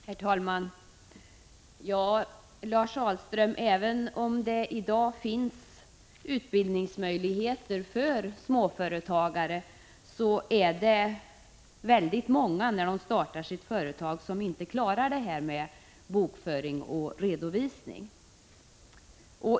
Herr talman! Lars Ahlström, även om det i dag finns utbildningsmöjligheter för småföretagare, är det väldigt många som, när de startar sitt företag, inte klarar bokföringen och redovisningen.